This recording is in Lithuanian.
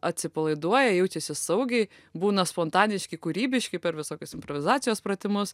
atsipalaiduoja jaučiasi saugiai būna spontaniški kūrybiški per visokius improvizacijos pratimus